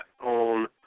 on